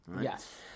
Yes